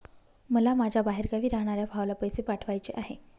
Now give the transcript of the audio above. मला माझ्या बाहेरगावी राहणाऱ्या भावाला पैसे पाठवायचे आहे